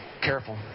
Careful